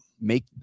make